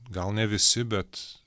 gal ne visi bet